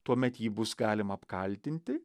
tuomet jį bus galima apkaltinti